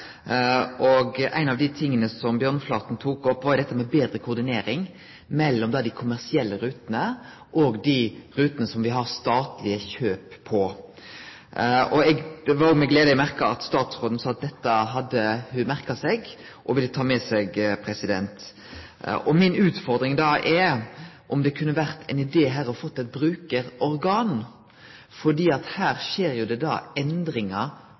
her. Ein av dei tinga representanten Bjørnflaten tok opp, var betre koordinering mellom dei kommersielle rutene og dei rutene der me har statlege kjøp. Det var òg med glede eg merka meg at statsråden sa at dette hadde ho merka seg og ville ta det med seg. Utfordringa mi er om det kunne vore ein idé å få eit brukarorgan, for her skjer det endringar